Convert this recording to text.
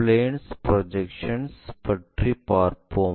planes projections பற்றி பார்ப்போம்